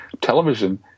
television